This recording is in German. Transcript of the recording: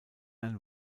ein